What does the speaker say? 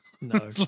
No